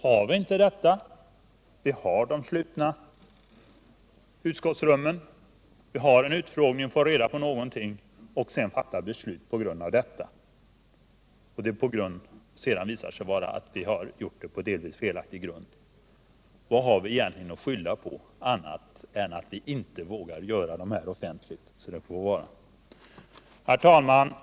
Har vi inte öppna utskottsutfrågningar utan utfrågningar i slutna rum, får reda på någonting och fattar beslut på grundval av detta och det sedan visar sig att vi har fattat beslut på delvis felaktig grund, vad har vi då egentligen att skylla på annat än att vi inte vågar göra utskottsutfrågningarna offentliga? Herr talman!